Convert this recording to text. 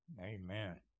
amen